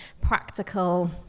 practical